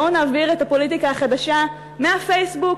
בואו נעביר את הפוליטיקה החדשה מהפייסבוק